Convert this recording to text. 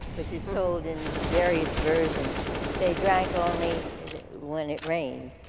which is told in various versions they drank only when it rained,